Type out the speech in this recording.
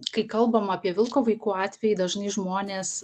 kai kalbam apie vilko vaikų atvejį dažnai žmonės